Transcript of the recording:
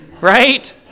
right